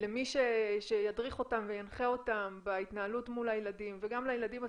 למי שידריך וינחה אותם בהתנהלות מול הילדים וגם הילדים עצמם,